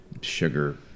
sugar